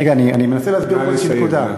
רגע, אני מנסה להסביר פה איזושהי נקודה.